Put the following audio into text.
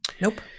Nope